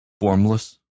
Formless